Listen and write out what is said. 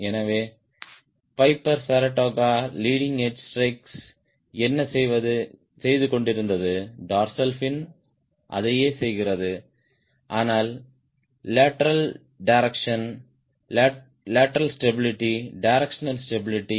எனவே பைபர் சரடோகாவிற்கு leading edge strakes என்ன செய்து கொண்டிருந்தது டார்சல் ஃபின் அதையே செய்கிறது ஆனால் lateral direction lateral stability directional stability